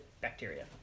bacteria